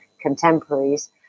contemporaries